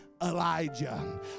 elijah